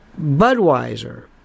Budweiser